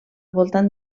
voltant